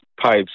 pipes